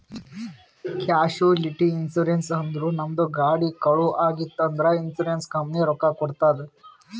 casualty insurance ಅಂದುರ್ ನಮ್ದು ಗಾಡಿ ಕಳು ಆಗಿತ್ತ್ ಅಂದ್ರ ಇನ್ಸೂರೆನ್ಸ್ ಕಂಪನಿ ರೊಕ್ಕಾ ಕೊಡ್ತುದ್